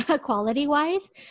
quality-wise